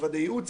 משרדי ייעוץ,